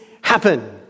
happen